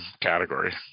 category